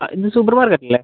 ആ ഇത് സൂപ്പർ മാർക്കറ്റല്ലേ